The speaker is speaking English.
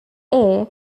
air